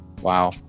Wow